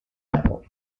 level